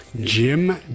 Jim